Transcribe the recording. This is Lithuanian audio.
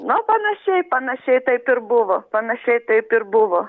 nu panašiai panašiai taip ir buvo panašiai taip ir buvo